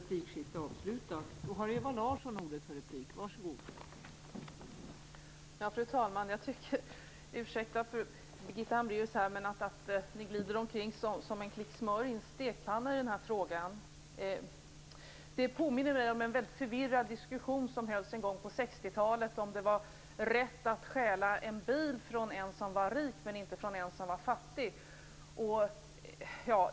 Fru talman! Ursäkta Birgitta Hambraeus, men jag tycker att ni glider omkring som en klick smör i en stekpanna i den här frågan. Det påminner mig om en mycket förvirrad diskussion som hölls en gång på 60 talet, om det var rätt att stjäla en bil från en som var rik men inte från en som var fattig.